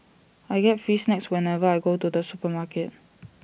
I get free snacks whenever I go to the supermarket